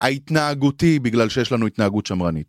ההתנהגותי בגלל שיש לנו התנהגות שמרנית